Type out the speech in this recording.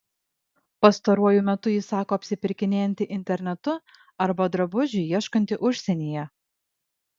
pastaruoju metu ji sako apsipirkinėjanti internetu arba drabužių ieškanti užsienyje